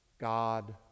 God